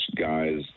guys